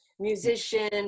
Musician